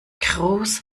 groß